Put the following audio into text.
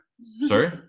sorry